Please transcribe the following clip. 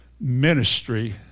ministry